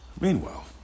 Meanwhile